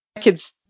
kid's